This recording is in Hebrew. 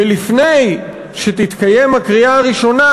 ולפני שתתקיים הקריאה הראשונה,